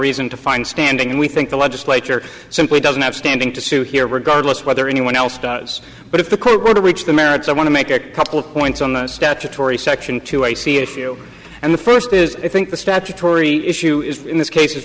reason to find standing and we think the legislature simply doesn't have standing to sue here regardless of whether anyone else does but if the court were to reach the merits i want to make a couple of points on that statutory section two a c issue and the first is i think the statutory issue in this case is